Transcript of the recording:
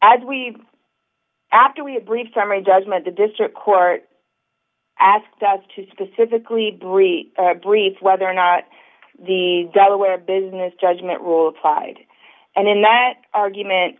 as we after we a brief summary judgment the district court asked us to specifically brief briefs whether or not the delaware business judgment rule applied and then that argument